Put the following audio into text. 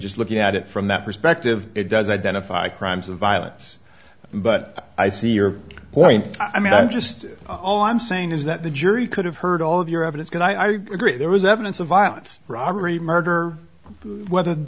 just looking at it from that perspective it does identify crimes of violence but i see your point i mean i just all i'm saying is that the jury could have heard all of your evidence can i agree there was evidence of violence robbery murder whether the